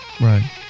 right